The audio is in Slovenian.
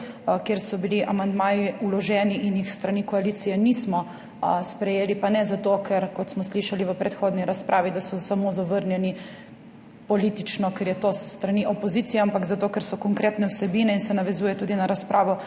kjer so bili amandmaji vloženi in jih s strani koalicije nismo sprejeli, pa ne zato, ker, kot smo slišali v predhodni razpravi, da so samo zavrnjeni politično, ker je to s strani opozicije, ampak zato, ker so konkretne vsebine in se navezuje tudi na razpravo